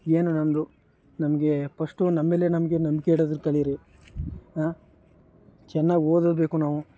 ಏನು ನಮ್ಮದು ನಮಗೆ ಪಸ್ಟು ನಮ್ಮ ಮೇಲೆ ನಮಗೆ ನಂಬಿಕೆ ಇಡೋದನ್ನ ಕಲೀರಿ ಹಾಂ ಚೆನ್ನಾಗಿ ಓದಬೇಕು ನಾವು